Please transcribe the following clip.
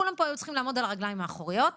כולם פה היו צריכים לעמוד על הרגליים האחוריות ולהגיד: